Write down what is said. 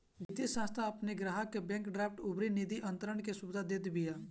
वित्तीय संस्थान अपनी ग्राहकन के बैंक ड्राफ्ट अउरी निधि अंतरण के भी सुविधा देत बिया